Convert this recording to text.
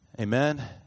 Amen